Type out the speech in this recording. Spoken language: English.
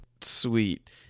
sweet